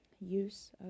use